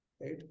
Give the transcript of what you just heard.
Right